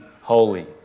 holy